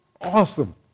Awesome